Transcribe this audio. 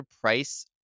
price